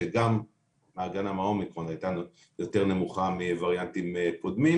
כשגם ההגנה מהאומיקרון הייתה יותר נמוכה מווריאנטים קודמים.